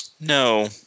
No